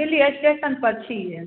दिल्ली स्टेशनपर छिए